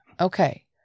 Okay